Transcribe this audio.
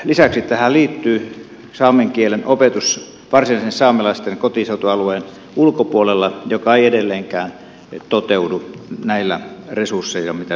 lisäksi tähän liittyy saamen kielen opetus varsinaisen saamelaisten kotiseutualueen ulkopuolella joka ei edelleenkään toteudu näillä resursseilla mitä nyt on kaavailtu